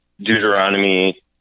Deuteronomy